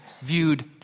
viewed